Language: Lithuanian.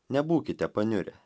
nebūkite paniurę